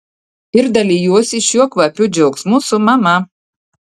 ir dalijuosi šiuo kvapiu džiaugsmu su mama